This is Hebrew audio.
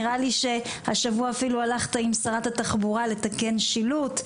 נראה לי שהשבוע אפילו הלכת עם שרת התחבורה לתקן שילוט.